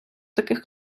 таких